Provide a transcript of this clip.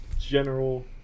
general